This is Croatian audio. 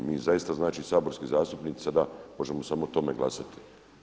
Mi zaista znači saborski zastupnici sada možemo samo o tome glasati.